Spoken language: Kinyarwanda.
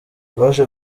baje